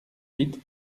huit